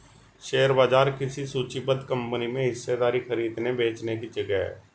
share बाजार किसी सूचीबद्ध कंपनी में हिस्सेदारी खरीदने बेचने की जगह है